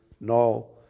no